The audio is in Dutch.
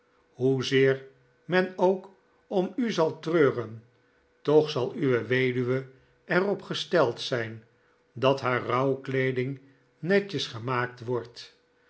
hoezeer men k om u zal treuren toch zal uw weduwe er op gesteld zijn dat haar rouwkleeding netjes gemaakt wordt